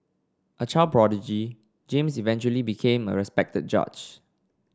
a child prodigy James eventually became a respected judge